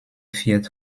feared